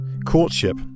Courtship